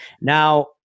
Now